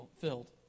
filled